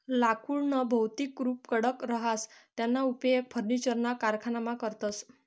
लाकुडनं भौतिक रुप कडक रहास त्याना उपेग फर्निचरना कारखानामा करतस